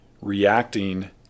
reacting